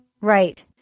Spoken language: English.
Right